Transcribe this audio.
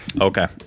okay